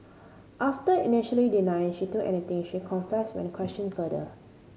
after initially denying she took anything she confessed when the questioned further